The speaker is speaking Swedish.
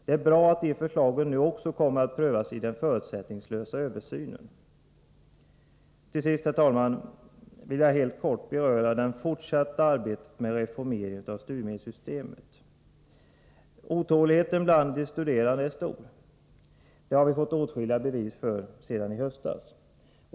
Det är bra att de förslagen också kommer att prövas i den förutsättningslösa översynen. Till sist, herr talman, vill jag helt kort beröra det fortsatta arbetet med reformeringen av studiemedelssystemet. Otåligheten bland de studerande är stor. Det har vi fått åtskilliga bevis för sedan i höstas.